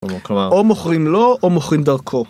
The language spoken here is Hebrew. ‫כלומר, או מוכרים לו או מוכרים דרכו.